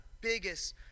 biggest